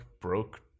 Broke